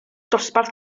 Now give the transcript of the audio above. dosbarth